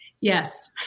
Yes